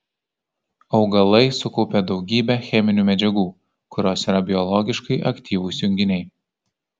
augalai sukaupia daugybę cheminių medžiagų kurios yra biologiškai aktyvūs junginiai